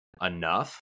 enough